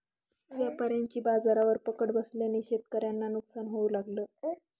व्यापाऱ्यांची बाजारावर पकड बसल्याने शेतकऱ्यांना नुकसान होऊ लागलं